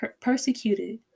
persecuted